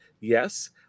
yes